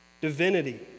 divinity